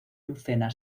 lucena